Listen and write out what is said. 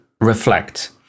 reflect